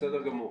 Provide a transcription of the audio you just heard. בסדר גמור.